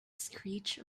screech